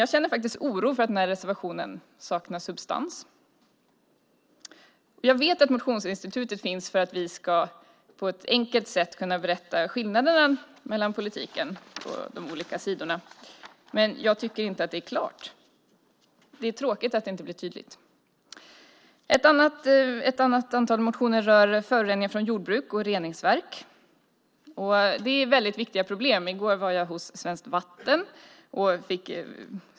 Jag känner faktiskt en oro för att den här reservationen saknar substans. Jag vet att motionsinstitutet finns för att vi på ett enkelt sätt ska kunna berätta skillnaderna mellan de olika sidorna i politiken. Men jag tycker inte att det är klart. Det är tråkigt att det inte blir tydligt. Ett antal motioner rör föroreningar från jordbruk och reningsverk. Det är väldigt viktiga problem. I går var jag hos Svenskt Vatten.